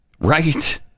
right